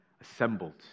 assembled